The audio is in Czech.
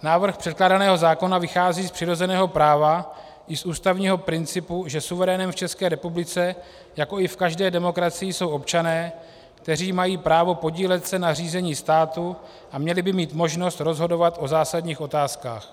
Návrh předkládaného zákona vychází z přirozeného práva i z ústavního principu, že suverénem v České republice, jako i v každé demokracii, jsou občané, kteří mají právo podílet se na řízení státu a měli by mít možnost rozhodovat o zásadních otázkách.